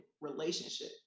relationship